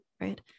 right